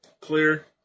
clear